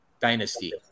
dynasty